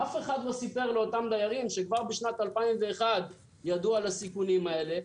אף אחד לא סיפר לאותם דיירים שכבר בשנת 2001 ידעו על הסיכונים האלה.